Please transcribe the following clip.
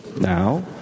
Now